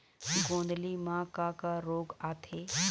गोंदली म का का रोग आथे?